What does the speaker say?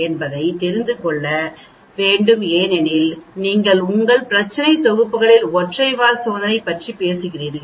என்பதை தெரிந்து கொள்ள வேண்டும் ஏனெனில் நீங்கள் உங்கள் பிரச்சினை தொகுப்புகளில் ஒற்றை வால் சோதனை பற்றி பேசுகிறீர்கள்